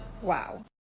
Wow